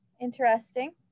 interesting